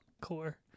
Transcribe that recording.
core